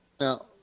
now